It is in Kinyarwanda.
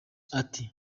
ati